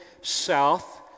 south